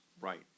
Right